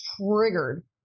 triggered